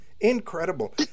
incredible